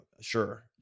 sure